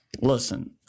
listen